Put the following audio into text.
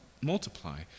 multiply